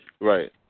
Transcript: Right